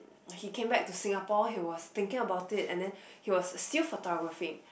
he came back to Singapore he was thinking about it and then he was still photographing